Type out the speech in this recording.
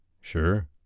Sure